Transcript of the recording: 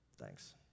Thanks